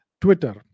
Twitter